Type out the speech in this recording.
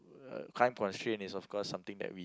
uh time constraint is of course something that we